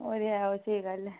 ओह् ते ऐ ओह् स्हेई गल्ल ऐ